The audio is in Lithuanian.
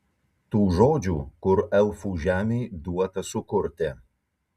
tų žodžių kur elfų žemei duota sukurti